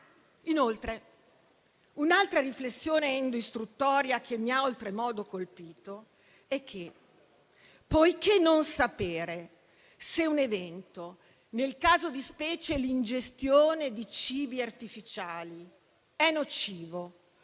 Inoltre, un'altra riflessione endoistruttoria che mi ha oltremodo colpito è che, poiché non sapere se un evento, nel caso di specie l'ingestione di cibi artificiali, è nocivo